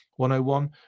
101